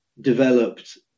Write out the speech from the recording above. developed